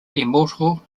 immortal